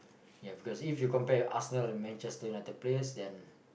ya because if you compare Arsenal and Manchester-United players then